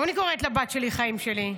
גם אני קוראת לבת שלי "חיים שלי".